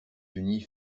unis